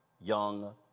Young